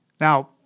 now